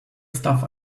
stuff